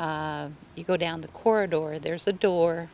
half you go down the corridor there's a door